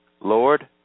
Lord